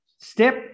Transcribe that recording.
Step